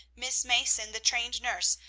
miss mason, the trained nurse,